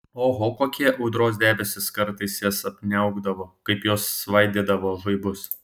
oho kokie audros debesys kartais jas apniaukdavo kaip jos svaidydavo žaibus